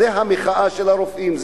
זה המחאה של הרופאים,